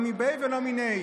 לא מביה ולא מניה.